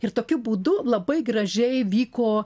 ir tokiu būdu labai gražiai vyko